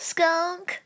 Skunk